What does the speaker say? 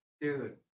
Dude